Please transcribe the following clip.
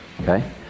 okay